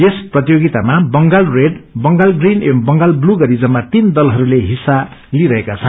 यस प्रतियोगितामा Bengal red Bengal green एवं Bengal blue गरी जम्मा तीन दलीहरूले हिस्सा लिइरहेका छन्